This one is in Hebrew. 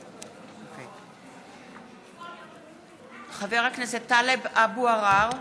(קוראת בשמות חברי הכנסת) טלב אבו עראר,